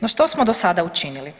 No, što smo dosada učinili?